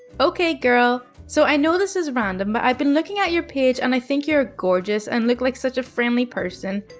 okay, girl. so i know this is random, but i've been looking at your page, and i think you are gorgeous and look like such a friendly person.